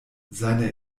seine